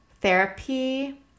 therapy